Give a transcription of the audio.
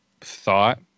thought